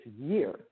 year